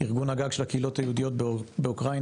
ארגון הגג של הקהילות היהודיות באוקראינה